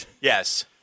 Yes